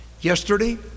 Yesterday